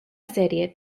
serie